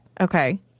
Okay